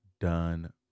done